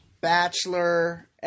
Bachelor